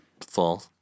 full